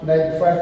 95%